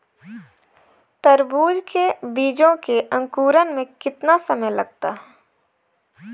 तरबूज के बीजों के अंकुरण में कितना समय लगता है?